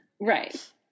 Right